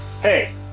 hey